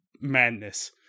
madness